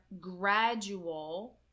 gradual